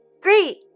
Great